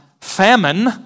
famine